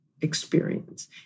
experience